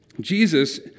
Jesus